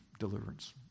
deliverance